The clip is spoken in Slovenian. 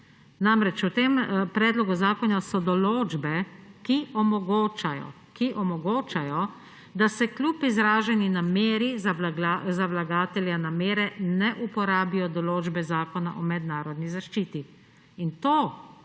Namreč, v tem predlogu zakona so določbe, ki omogočajo, da se kljub izraženi nameri za vlagatelja namere ne uporabijo določbe Zakona o mednarodni zaščiti. To,